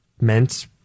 meant